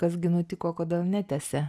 kas gi nutiko kodėl netęsė